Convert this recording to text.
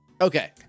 Okay